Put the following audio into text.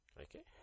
Okay